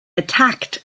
attacked